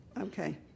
Okay